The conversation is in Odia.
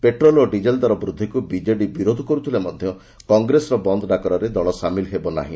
ପେଟ୍ରୋଲ୍ ଓ ଡିଜେଲ୍ ଦର ବୃଦ୍ଧିକୁ ବିଜେଡ଼ି ବିରୋଧ କରୁଥିଲେ ମଧ କଂଗ୍ରେସର ବନ୍ଦ ଡାକରାରେ ଦଳ ସାମିଲ ହେବ ନାହି